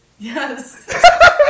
Yes